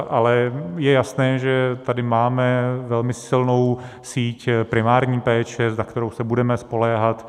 Ale je jasné, že tady máme velmi silnou síť primární péče, na kterou se budeme spoléhat.